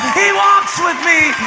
he walks with me.